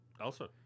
Elsa